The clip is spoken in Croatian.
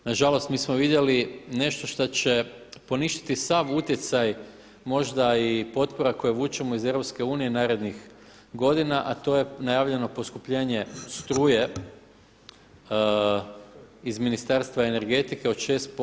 Na žalost, mi smo vidjeli nešto što će poništiti sav utjecaj možda i potpora koje vučemo iz EU narednih godina, a to je najavljeno poskupljenje struje iz Ministarstva energetike od 6%